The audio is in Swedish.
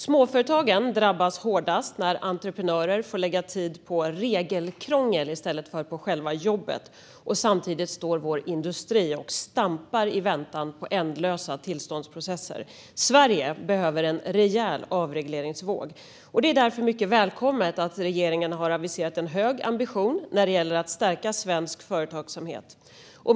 Småföretagen drabbas hårdast när entreprenörer får lägga tid på regelkrångel i stället för på själva jobbet. Samtidigt står vår industri och stampar i väntan på ändlösa tillståndsprocesser. Sverige behöver en rejäl avregleringsvåg. Det är därför mycket välkommet att regeringen har aviserat en hög ambition när det gäller att stärka svensk företagsamhet.